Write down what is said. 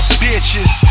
bitches